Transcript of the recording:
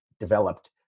developed